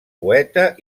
poeta